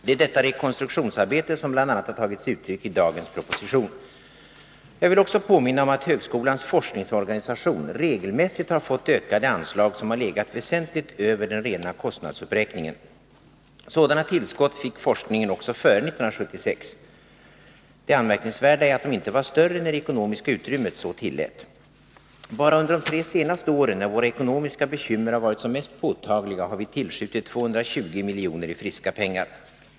Det är detta rekonstruktionsarbete som bl.a. har tagit sig uttryck i dagens proposition. Jag vill också påminna om att högskolans forskningsorganisation regelmässigt har fått ökade anslag som har legat väsentligt över den rena kostnadsuppräkningen. Sådana tillskott fick forskningen också före 1976. Det anmärkningsvärda är att de inte var större när det ekonomiska utrymmet så tillät. Bara under de tre senaste åren, när våra ekonomiska bekymmer har varit som mest påtagliga, har vi tillskjutit 220 miljoner i friska pengar.